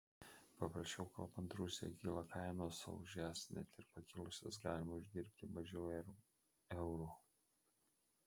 paprasčiau kalbant rusijoje kyla kainos o už jas net ir pakilusias galima uždirbti mažiau eurų